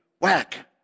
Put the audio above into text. Whack